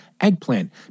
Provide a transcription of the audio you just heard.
eggplant